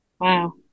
wow